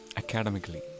academically